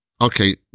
Okay